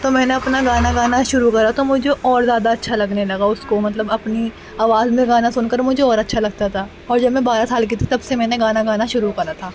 تو میں نے اپنا گانا گانا شروع کرا تو مجھے اور زیادہ اچھا لگنے لگا اس کو مطلب اپنی آواز میں گانا سن کر مجھے اور اچھا لگتا تھا اور جب میں بارہ سال کی تھی تب سے میں نے گانا گانا شروع کرا تھا